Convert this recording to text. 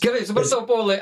gerai supratau povilai